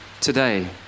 today